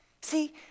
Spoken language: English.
See